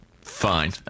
Fine